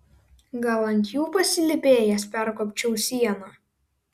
gal ant jų pasilypėjęs perkopčiau sieną